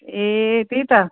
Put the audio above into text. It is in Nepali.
ए त्यही त